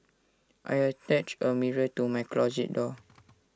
I attached A mirror to my closet door